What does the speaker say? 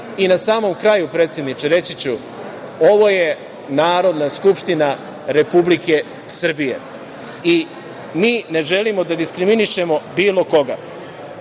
i na samom kraju, predsedniče, reći ću, ovo je Narodna skupština Republike Srbije i mi ne želimo da diskriminišemo bilo koga.